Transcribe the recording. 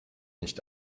nicht